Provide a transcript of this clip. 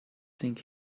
think